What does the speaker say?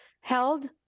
held